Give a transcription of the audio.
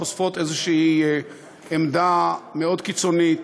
הם חושפים איזושהי עמדה מאוד קיצונית,